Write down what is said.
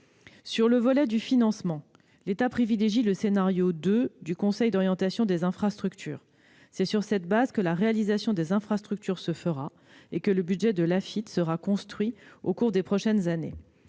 Sur le volet du financement, l'État privilégie le scénario 2 du Conseil d'orientation des infrastructures. C'est sur cette base que la réalisation des infrastructures se fera et que le budget de l'Agence de financement des infrastructures